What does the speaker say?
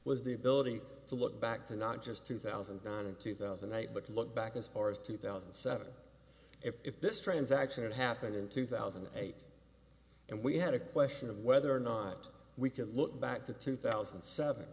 was the ability to look back to not just two thousand and nine and two thousand and eight but look back as far as two thousand and seven if this transaction has happened in two thousand and eight and we had a question of whether or not we can look back to two thousand and seven